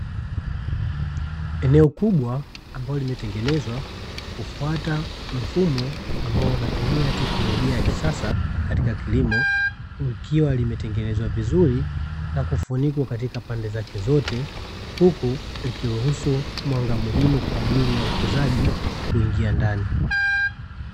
Eneo kubwa ambalo limetengenezwa kufuata mfumo ambao unatumia teknolojia ya kisasa katika kilimo, likiwa limetengenezwa vizuri na kufunikwa katika pande zake zote huku likiruhusu mwanga muhimu kwa ajili ya ukuzaji kuingia ndani.